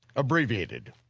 abbreviated.